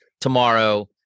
tomorrow